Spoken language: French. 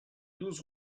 douze